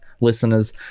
listeners